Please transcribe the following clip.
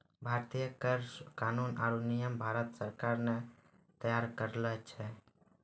भारतीय कर कानून आरो नियम भारत सरकार ने तैयार करलो छै